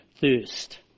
thirst